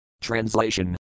Translation